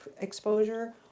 exposure